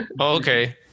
Okay